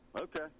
Okay